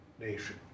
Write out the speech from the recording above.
nation